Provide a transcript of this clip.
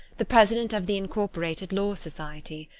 the president of the incorporated law society.